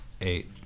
Eight